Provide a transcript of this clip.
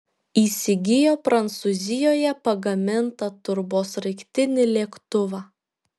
įsigijo prancūzijoje pagamintą turbosraigtinį lėktuvą